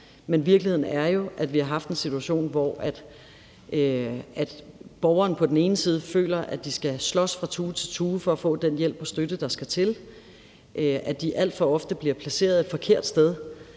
Men virkeligheden er jo, at vi har haft en situation, hvor borgerne på den ene side føler, at de skal slås fra tue til tue for at få den hjælp og støtte, der skal til, at de alt for ofte bliver placeret et forkert sted,